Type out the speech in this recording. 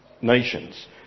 nations